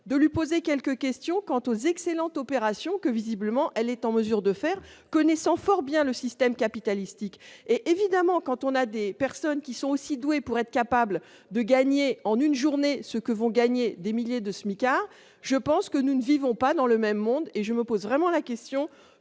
de lui poser quelques questions quant aux excellentes opération que visiblement elle est en mesure de faire connaissant fort bien le système capitalistique et évidemment quand on a des personnes qui sont aussi doués pour être capable de gagner en une journée ce que vous gagnez des milliers de smicards, je pense que nous ne vivons pas dans le même monde et je me pose vraiment la question